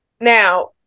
now